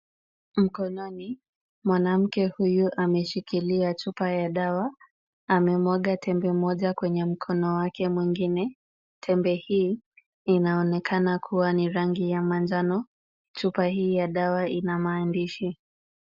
Mkononi, mwanamke huyu ameshikilia chupa ya dawa, amemwaga tembe moja kwenye mkono wake mwingine. Tembe hii inaonekana kuwa ni rangi ya manjano. Chupa hii ya dawa ina maandishi.